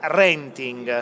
renting